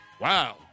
Wow